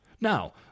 Now